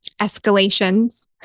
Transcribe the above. escalations